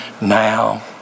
now